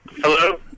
Hello